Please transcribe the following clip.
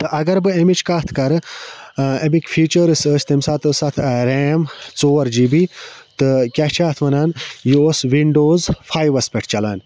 تہٕ اگر بہٕ اَمِچ کَتھ کَرٕ اَمِکۍ فیٖچٲرٕس ٲسۍ تمہِ ساتہٕ ٲسۍ اَتھ ریم ژور جی بی تہٕ کیٛاہ چھِ اَتھ وَنان یہِ اوس وِنڈوز فایوَس پٮ۪ٹھ چَلان